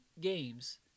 games